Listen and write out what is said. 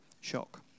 Shock